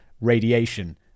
radiation